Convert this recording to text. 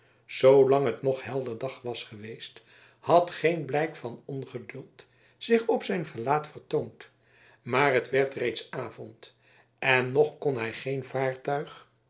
zoolang het nog helder dag was geweest had geen blijk van ongeduld zich op zijn gelaat vertoond maar het werd reeds avond en nog kon hij geen vaartuig